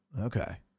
Okay